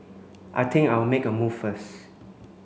I think I'll make a move first